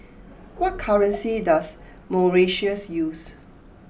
what currency does Mauritius use